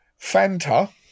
Fanta